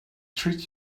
treat